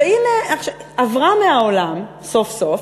עברה מהעולם סוף-סוף,